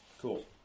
Cool